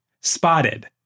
Spotted